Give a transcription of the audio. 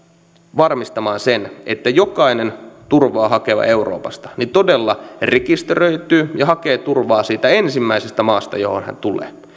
varmistamaan sen että jokainen turvaa hakeva euroopasta todella rekisteröityy ja hakee turvaa siitä ensimmäisestä maasta johon hän tulee